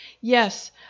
Yes